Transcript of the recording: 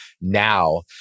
now